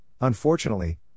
Unfortunately